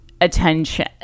Attention